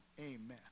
amen